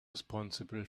responsible